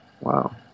wow